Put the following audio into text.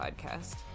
podcast